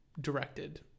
directed